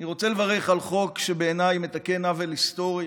אני רוצה לברך על חוק שבעיניי מתקן עוול היסטורי,